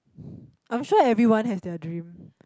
I'm sure everyone has their dream